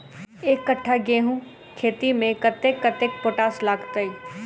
एक कट्ठा गेंहूँ खेती मे कतेक कतेक पोटाश लागतै?